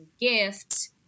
gift